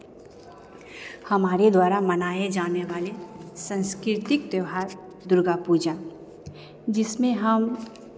हमारे द्वारा मनाए जाने वाले सांस्कृतिक त्योहार दुर्गा पूजा जिसमें हम